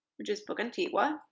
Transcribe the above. which is book antiqua.